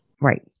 Right